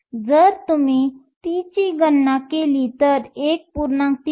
तरजर तुम्ही τ ची गणना केली तर 1